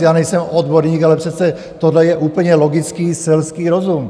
Já nejsem odborník, ale přece tohle je úplně logický selský rozum!